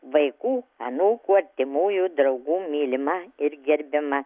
vaikų anūkų artimųjų draugų mylima ir gerbiama